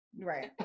Right